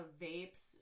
vapes